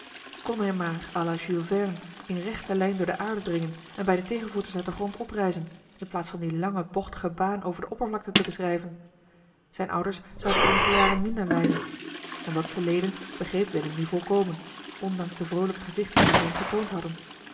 kon hij maar à la jules verne in rechte lijn door de aarde dringen en bij de tegenvoeters uit den grond oprijzen in plaats van die lange bochtige baan over de oppervlakte te beschrijven zijne ouders zouden eenige jaren minder lijden want dat ze leden begreep willem nu volkomen ondanks de vroolijke gezichten die ze hem getoond hadden